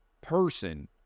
person